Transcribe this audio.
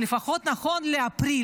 לפחות נכון לאפריל,